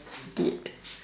idiot